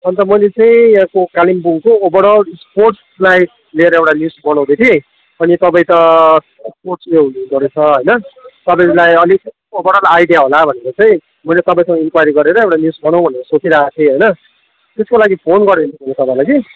अन्त मैले चाहिँ यहाँको कालेबुङको ओभरअल स्पोर्ट्सलाई लिएर एउटा लिस्ट बनाउँदै थिएँ अनि तपाईँ त स्पोर्टस् उयो हुनुहुँदो रहेछ होइन तपाईँलाई अलिक ओभरअल आइडिया होला भनेर चाहिँ मैले तपाईँको इन्क्वारी गरेर एउटा लिस्ट बनाउँ भनेर सोचिरहेको थिएँ होइन त्यसको लागि फोन गरेको तपाईँलाई कि